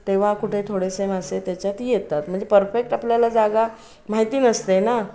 तेव्हा कुठे थोडेसे मासे त्याच्यात येतात म्हणजे परफेक्ट आपल्याला जागा माहिती नसते ना